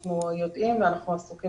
אני מדבר על משנה סדורה במשרד החינוך לאתר את